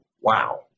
wow